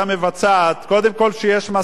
שכן יש מסקנות מהדוח הזה,